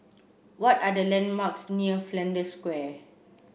what are the landmarks near Flanders Square